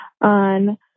on